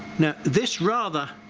now this rather